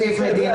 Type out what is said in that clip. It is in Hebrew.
אין תקציב מדינה,